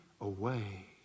away